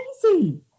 crazy